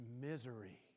misery